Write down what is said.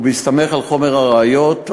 בהסתמך על חומר הראיות,